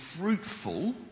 fruitful